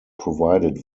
provided